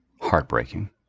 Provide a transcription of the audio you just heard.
Heartbreaking